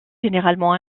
généralement